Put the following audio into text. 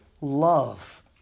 love